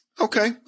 Okay